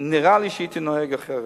נראה לי שהייתי נוהג אחרת."